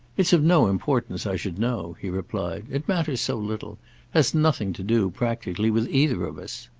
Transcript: it's of no importance i should know, he replied. it matters so little has nothing to do, practically, with either of us.